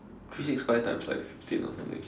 three six five times like fifteen or something